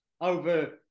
over